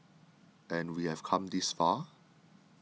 and we have come this far